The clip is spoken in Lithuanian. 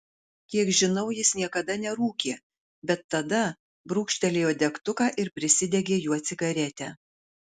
kiek žinau jis niekada nerūkė bet tada brūkštelėjo degtuką ir prisidegė juo cigaretę